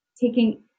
taking